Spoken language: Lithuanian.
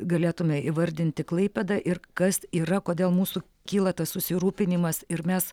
galėtume įvardinti klaipėdą ir kas yra kodėl mūsų kyla tas susirūpinimas ir mes